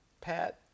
Pat